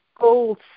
gold